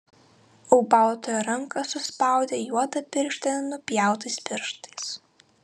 ūbautojo ranką suspaudė juoda pirštinė nupjautais pirštais